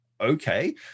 okay